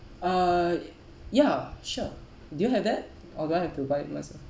uh ya sure do you have that or do I have to buy it myself